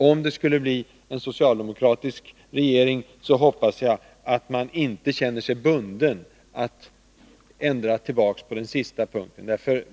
Om det i valet skulle bli en socialdemokratisk regering, hoppas jag att den inte kommer att känna sig bunden att ändra den sista punkten.